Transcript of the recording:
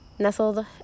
Nestled